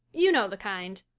you know the kind.